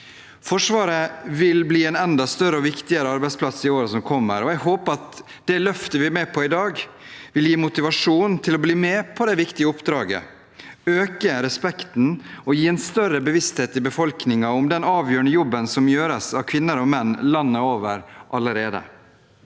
Forsvaret vil bli en enda større og viktigere arbeidsplass i årene som kommer, og jeg håper at det løftet vi er med på i dag, vil gi motivasjon til å bli med på det viktige oppdraget: å øke respekten og gi en større bevissthet i befolkningen om den avgjørende jobben som allerede gjøres av kvinner og menn landet over.